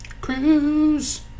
cruise